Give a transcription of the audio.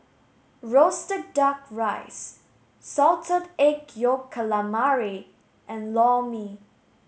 roasted duck rice salted egg yolk calamari and Lor Mee